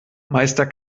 meister